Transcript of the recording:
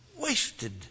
Wasted